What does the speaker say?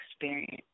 experience